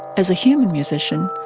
as a human musician,